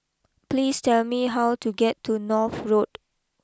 please tell me how to get to North Road